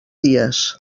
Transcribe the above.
dies